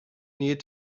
need